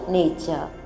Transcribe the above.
nature